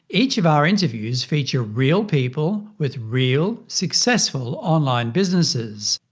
each of our interviews features real people with real, successful online businesses.